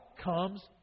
comes